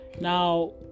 now